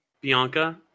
Bianca